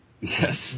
Yes